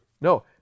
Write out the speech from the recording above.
no